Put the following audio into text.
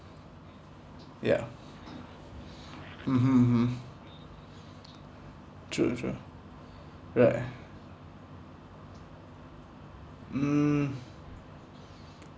ya mmhmm mmhmm true true right mm